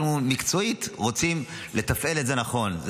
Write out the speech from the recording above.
אנחנו רוצים לתפעל את זה נכון מקצועית.